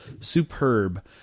Superb